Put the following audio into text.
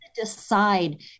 Decide